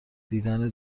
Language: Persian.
دیدن